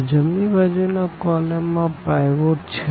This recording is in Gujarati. તો જમણી બાજુ ના કોલમ માં પાઈવોટ છે